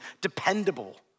dependable